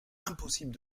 impossible